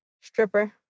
Stripper